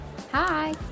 Hi